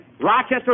Rochester